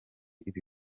ibi